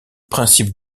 principe